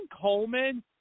Coleman